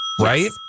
right